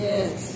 Yes